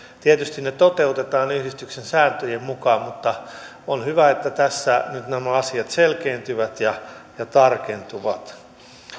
tietysti ne toteutetaan yhdistyksen sääntöjen mukaan mutta on hyvä että tässä nyt nämä asiat selkiintyvät ja ja tarkentuvat